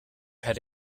had